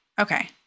Okay